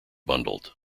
bundled